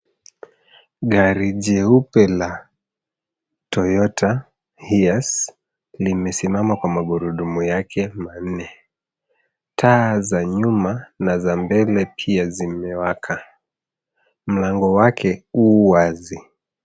Gari jeupe la Toyota Hiace limesimama kwa magurudumu yake manne. Taa za nyuma na za mbele pia zimewaka. Mlango wake u wazi.